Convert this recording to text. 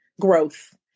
growth